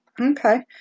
Okay